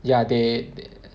ya they they